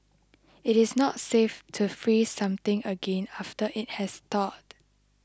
it is not safe to freeze something again after it has thawed